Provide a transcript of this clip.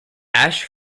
ash